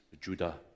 Judah